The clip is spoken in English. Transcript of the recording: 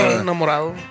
enamorado